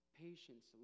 patience